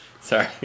Sorry